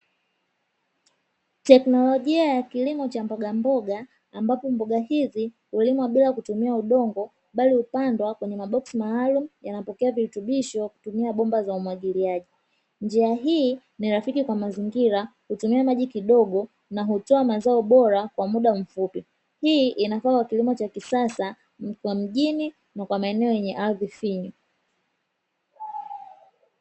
Tekinolojia ya kilimo cha mbogamboga ambapo mboga hizi ulimwa bila kutumia udongo, bali upandwa kwenye maboksi maalumu yanapokea virutubisho kutumia bomba za umwagiliaji, njia hii ni rafiki kwa mazingira utumia maji kidogo na utoa mazao bora kwa muda mfupi, hii ni kwa kilimo cha kisasa kwa mjini na maeneo yenye ardhi finyu.